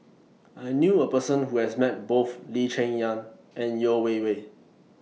I knew A Person Who has Met Both Lee Cheng Yan and Yeo Wei Wei